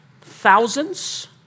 thousands